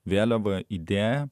vėliavą idėją